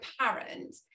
apparent